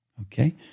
Okay